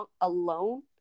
alone